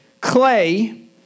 clay